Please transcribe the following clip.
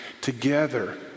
together